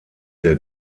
der